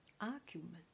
argument